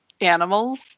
animals